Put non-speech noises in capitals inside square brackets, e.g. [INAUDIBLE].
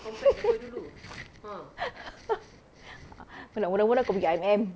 [LAUGHS] ah kau nak wanna wanna kau pergi I_M_M